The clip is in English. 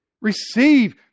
Receive